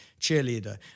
Cheerleader